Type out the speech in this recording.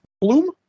Bloom